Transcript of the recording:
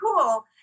cool